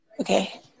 Okay